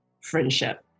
friendship